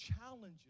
challenges